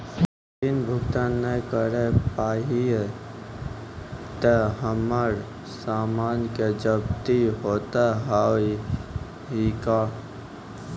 ऋण भुगतान ना करऽ पहिए तह हमर समान के जब्ती होता हाव हई का?